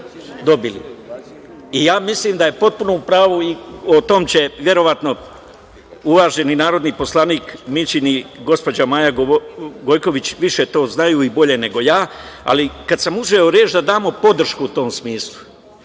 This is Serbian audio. Mislim da je potpuno u pravu i o tome će verovatno uvaženi narodni poslanik Mićin i gospođa Maja Gojković govoriti, više to znaju i bolje nego ja, ali kada sam uzeo reč da damo podršku u tom smislu.